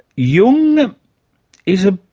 jung is ah